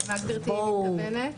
כן.